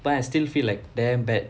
but I still feel like damn bad